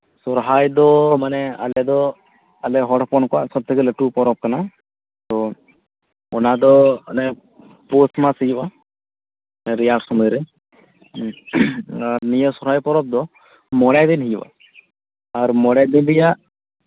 ᱥᱚᱨᱦᱟᱭ ᱫᱚ ᱢᱟᱱᱮ ᱟᱞᱮ ᱦᱚᱲ ᱦᱚᱯᱚᱱ ᱠᱚᱣᱟᱜ ᱫᱚ ᱟᱹᱰᱤᱜᱮ ᱞᱟᱹᱴᱩ ᱯᱚᱨᱚᱵᱽ ᱠᱟᱱᱟ ᱛᱚ ᱚᱱᱟ ᱫᱚ ᱚᱱᱮ ᱯᱳᱥ ᱢᱟᱥ ᱦᱩᱭᱩᱜᱼᱟ ᱨᱮᱭᱟᱲ ᱥᱚᱢᱚᱭ ᱨᱮ ᱟᱨ ᱟᱨ ᱱᱤᱭᱟᱹ ᱥᱚᱨᱦᱟᱭ ᱯᱚᱨᱚᱵᱽ ᱫᱚ ᱢᱚᱬᱮ ᱫᱤᱱ ᱦᱩᱭᱩᱜᱼᱟ ᱟᱨ ᱢᱚᱬᱮ ᱫᱤᱱ ᱨᱮᱭᱟᱜ